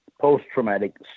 post-traumatic